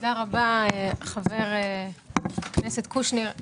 תודה רבה חבר הכנסת קושניר,